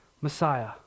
Messiah